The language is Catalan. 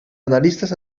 analistes